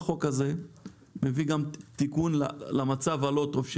איפה החוק הזה מביא גם תיקון למצב הלא טוב,